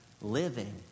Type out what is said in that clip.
living